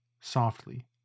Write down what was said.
softly